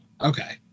Okay